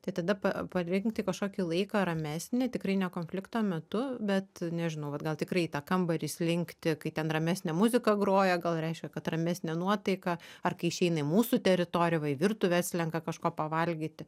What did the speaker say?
tai tada pa parinkti kažkokį laiką ramesnį tikrai ne konflikto metu bet nežinau vat gal tikrai į tą kambarį slinkti kai ten ramesnė muzika groja gal reiškia kad ramesnė nuotaika ar kai išeina į mūsų teritoriją va į virtuvę atslenka kažko pavalgyti